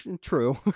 true